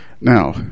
Now